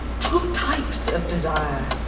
two types of desire.